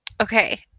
Okay